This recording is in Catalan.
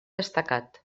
destacat